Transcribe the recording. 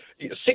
six